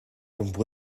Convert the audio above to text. would